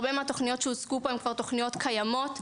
הרבה מהתוכניות שהושגו פה הן כבר תוכניות קיימות.